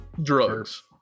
drugs